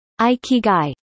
Aikigai